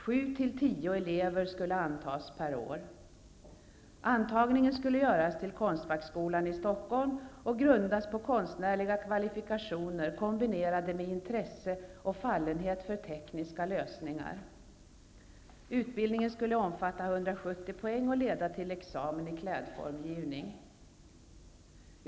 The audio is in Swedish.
Sju till tio elever skulle antas per år. Stockholm och grundas på konstnärliga kvalifikationer, kombinerade med intresse och fallenhet för tekniska lösningar. Utbildningen skulle omfatta 170 poäng och leda till examen i klädformgivning.